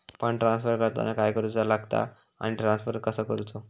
Fund transfer करताना काय करुचा लगता आनी ट्रान्स्फर कसो करूचो?